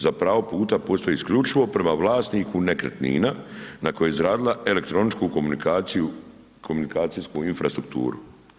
Za pravo puta postoji isključivo prema vlasniku nekretnina na koji je izradila elektroničku komunikaciju, komunikacijsku infrastrukturu.